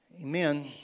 Amen